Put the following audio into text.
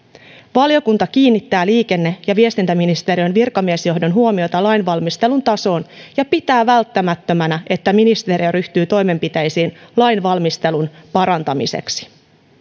valiokunta kiinnittää liikenne ja viestintäministeriön virkamiesjohdon huomiota lainvalmistelun tasoon ja pitää välttämättömänä että ministeriö ryhtyy toimenpiteisiin lainvalmistelun parantamiseksi